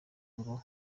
ngo